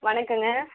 வணக்கம்ங்க